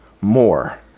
more